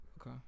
Okay